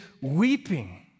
weeping